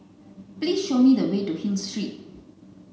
please show me the way to Hill Street